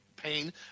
pain